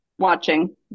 Watching